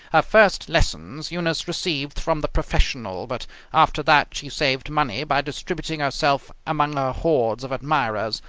her first lessons eunice received from the professional, but after that she saved money by distributing herself among her hordes of admirers,